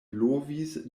blovis